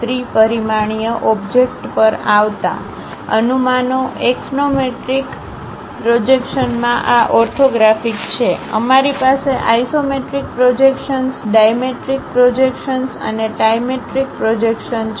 ત્રિ પરિમાણીય ઓબ્જેક્ટ પર આવતા અનુમાનો એક્સોનોમેટ્રિક પ્રોજેક્શન માં આ ઓર્થોગ્રાફિક છે અમારી પાસે આઇસોમેટ્રિક પ્રોજેક્શન્સ ડાયમેટ્રિક પ્રોજેક્શન્સ અને ટ્રાઇમેટ્રિક પ્રોજેક્શન્સ છે